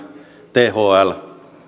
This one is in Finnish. thl